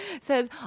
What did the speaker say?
Says